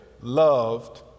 loved